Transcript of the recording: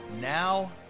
Now